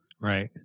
Right